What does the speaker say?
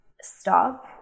Stop